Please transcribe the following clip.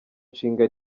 nshinga